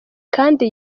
kandi